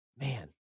man